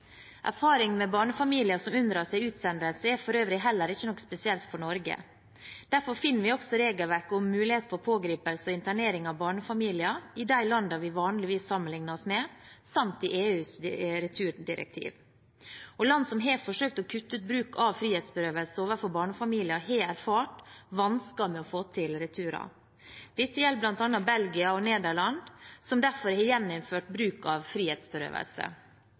med barnefamilier som unndrar seg utsendelse, er for øvrig heller ikke noe spesielt for Norge. Derfor finner vi også regelverk og mulighet for pågripelse og internering av barnefamilier i de landene vi vanligvis sammenligner oss med, samt i EUs returdirektiv. Land som har forsøkt å kutte bruk av frihetsberøvelse overfor barnefamilier, har erfart vansker med å få til returer. Dette gjelder bl.a. Belgia og Nederland, som derfor har gjeninnført bruk av frihetsberøvelse.